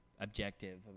objective